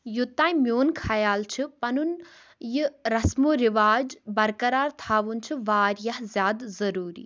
یوٚتانۍ میٛون خیال چھُ پَنُن یہِ رسمو رِواج برقرار تھاوُن چھُ واریاہ زیادٕ ضروٗری